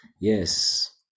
Yes